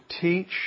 teach